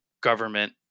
government